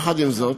עם זאת,